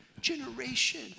generation